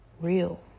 real